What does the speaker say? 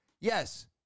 Yes